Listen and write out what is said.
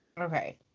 Okay